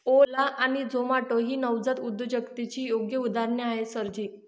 ओला आणि झोमाटो ही नवजात उद्योजकतेची योग्य उदाहरणे आहेत सर जी